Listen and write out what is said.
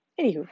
Anywho